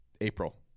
April